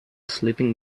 sleeping